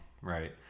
right